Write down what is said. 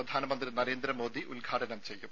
പ്രധാനമന്ത്രി നരേന്ദ്രമോദി ഉദ്ഘാടനം ചെയ്യും